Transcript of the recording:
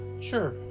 sure